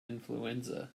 influenza